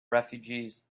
refugees